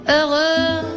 Heureux